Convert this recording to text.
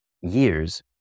years